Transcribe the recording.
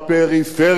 בפריפריה.